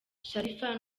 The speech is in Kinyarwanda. sharifa